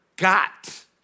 got